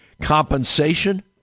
compensation